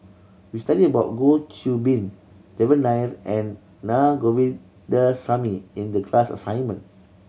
we studied about Goh Qiu Bin Devan Nair and Naa Govindasamy in the class assignment